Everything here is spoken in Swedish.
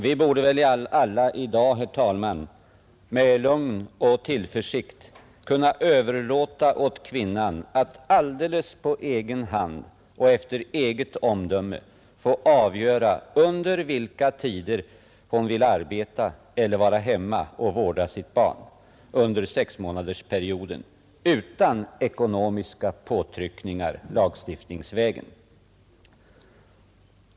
Vi borde väl alla i dag, herr talman, med lugn och tillförsikt kunna överlåta åt kvinnan att på egen hand och efter eget omdöme avgöra under vilka tider hon vill arbeta eller vara hemma och vårda sitt barn under 6-månadersperioden utan ekonomiska påtryckningar lagstiftningsvägen.